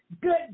Good